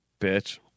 Bitch